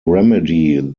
remedy